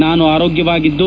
ನಾನು ಆರೋಗ್ಲವಾಗಿದ್ದು